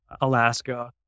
Alaska